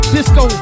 Disco